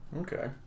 Okay